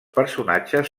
personatges